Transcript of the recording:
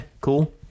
cool